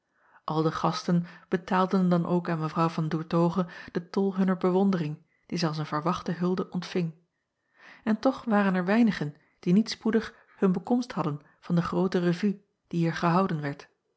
l de gasten betaalden dan ook aan w an oertoghe den tol hunner bewondering die zij als een verwachte hulde ontving en toch waren er weinigen die niet spoedig hun bekomst hadden van de groote revue die hier gehouden werd